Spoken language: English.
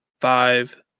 five